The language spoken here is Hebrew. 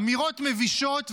אמירות מבישות ומבזות.